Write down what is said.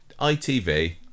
ITV